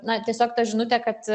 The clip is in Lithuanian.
na tiesiog ta žinutė kad